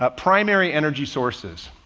but primary energy sources,